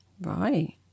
Right